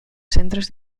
centres